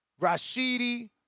Rashidi